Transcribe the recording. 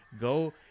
go